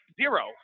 zero